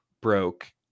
broke